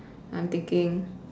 I'm thinking